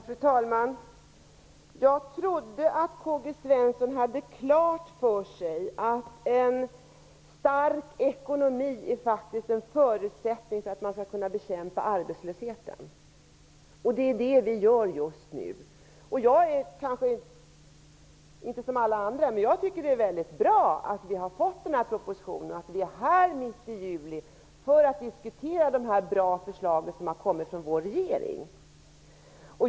Fru talman! Jag trodde att K. G. Svenson hade klart för sig att en stark ekonomi faktiskt är en förutsättning för att man skall kunna bekämpa arbetslösheten. Det är det som vi gör just nu. Jag kanske inte är som alla andra, men jag tycker att det är mycket bra att vi har fått denna proposition och att vi är här mitt i juli för att diskutera dessa bra förslag som har kommit från vår regering.